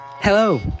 Hello